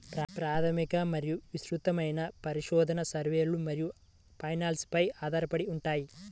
ప్రాథమిక మరియు విస్తృతమైన పరిశోధన, సర్వేలు మరియు ఫైనాన్స్ పై ఆధారపడి ఉంటాయి